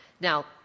Now